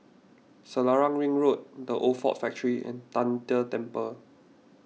Selarang Ring Road the Old Ford Factor and Tian De Temple